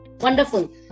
Wonderful